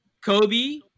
Kobe